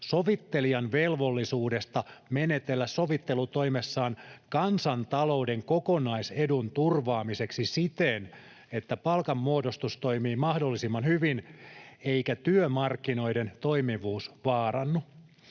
sovittelijan velvollisuudesta menetellä sovittelutoimessaan kansantalouden kokonaisedun turvaamiseksi siten, että palkanmuodostus toimii mahdollisimman hyvin eikä työmarkkinoiden toimivuus vaarannu.